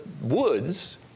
woods